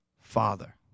Father